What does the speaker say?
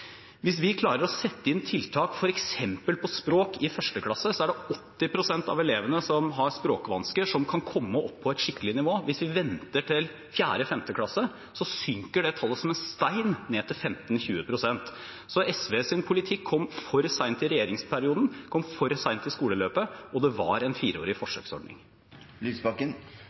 er det 80 pst. av elevene som har språkvansker som kan komme opp på et skikkelig nivå. Hvis vi venter til 4.–5. klasse, synker det tallet som en stein ned til 15–20 pst. Så SVs politikk kom for sent i regjeringsperioden, det kom for sent i skoleløpet, og det var en fireårig